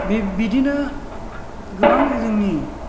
बिदिनो गोबां जोंनि